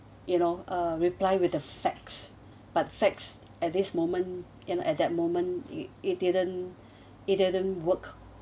you know uh reply with the facts but facts at this moment you know at that moment it it didn't it didn't work